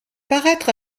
paraître